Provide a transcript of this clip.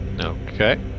Okay